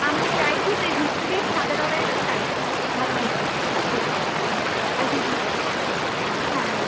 আমি চাইছি তুই ভিক্টোরিয়ায় সাদা রঙের একটা শাড়ি পর ভালো আসবে ছবিটা আর ওই দেখছি হ্যাঁ